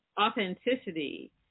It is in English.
authenticity